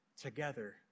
together